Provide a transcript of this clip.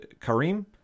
Kareem